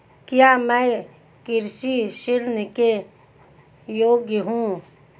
क्या मैं कृषि ऋण के योग्य हूँ?